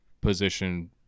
position